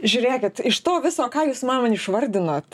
žiūrėkit iš to viso ką jūs man va išvardinot